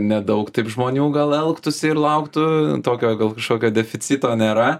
nedaug žmonių gal elgtųsi ir lauktų tokio gal kažkokio deficito nėra